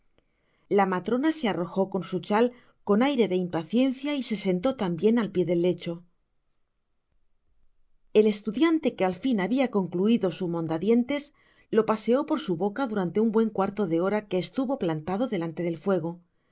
la matrona se arrojo con su chai con aire de impaciencia y se sentó también al pié del lecho el estudiante que al fin habia concluido su monda dientes lo paseó por su boca durante un buen cuarto de hora que estuvo plantado delante del fuego